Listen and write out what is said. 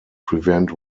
prevent